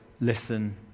listen